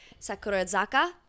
Sakurazaka